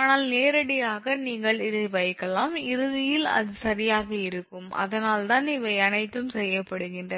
ஆனால் நேரடியாக நீங்கள் இதை வைக்கலாம் இறுதியில் அது சரியாக இருக்கும் அதனால்தான் இவை அனைத்தும் செய்யப்படுகின்றன